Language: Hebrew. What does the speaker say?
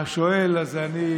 סליחה?